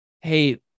hey